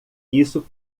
isso